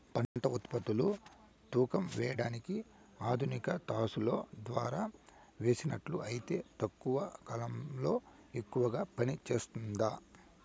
పంట ఉత్పత్తులు తూకం వేయడానికి ఆధునిక త్రాసులో ద్వారా వేసినట్లు అయితే తక్కువ కాలంలో ఎక్కువగా పని జరుగుతుందా?